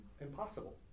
impossible